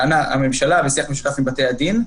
הממשלה בשיח משותף עם בתי הדין,